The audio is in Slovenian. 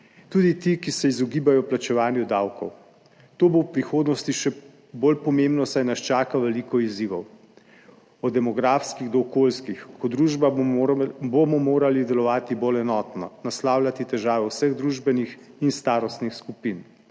tudi ti, ki se izogibajo plačevanju davkov. To bo v prihodnosti še bolj pomembno, saj nas čaka veliko izzivov, od demografskih do okoljskih. Kot družba bomo morali delovati bolj enotno, naslavljati težave vseh družbenih in starostnih skupin,